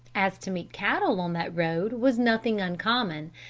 as to meet cattle on that road was nothing uncommon,